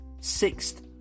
sixth